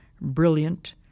brilliant